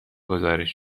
گزارش